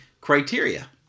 criteria